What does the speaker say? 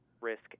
risk